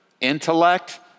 intellect